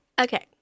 Okay